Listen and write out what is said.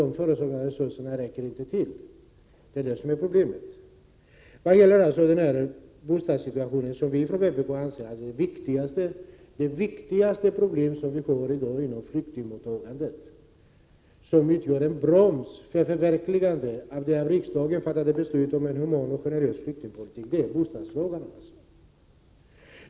De föreslagna resurserna räcker inte till — det är problemet. Vpk anser att det viktigaste problemet inom flyktingmottagandet är bostadssituationen, som utgör en broms för förverkligandet av det av riksdagen fattade beslutet om en human och generös flyktingpolitik.